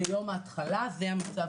ואני אגיד בצורה הכי ברורה שבמשמרת